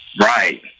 Right